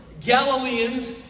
Galileans